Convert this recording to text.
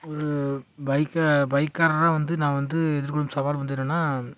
ஒரு பைக்கை பைக்கராக வந்து நான் வந்து எதிர்கொள்ளும் சவால் வந்து என்னென்னா